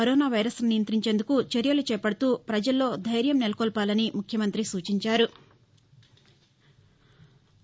corona వైరస్ను నియంత్రించేందుకు చర్యలు చేపడుతూ ప్రపజల్లో ధైర్యం నెలకొల్పాలని ముఖ్యమంతి సూచించారు